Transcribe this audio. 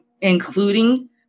including